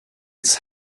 its